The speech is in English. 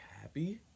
happy